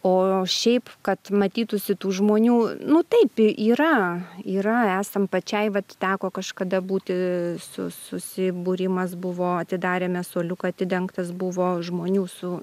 o šiaip kad matytųsi tų žmonių nu taip yra yra esam pačiai vat teko kažkada būti su susibūrimas buvo atidarėme suoliuką atidengtas buvo žmonių su